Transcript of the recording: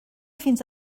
fins